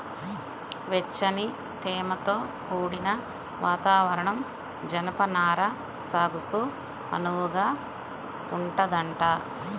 వెచ్చని, తేమతో కూడిన వాతావరణం జనపనార సాగుకు అనువుగా ఉంటదంట